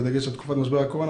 בדגש על תקופת משבר הקורונה,